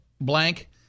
blank